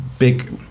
big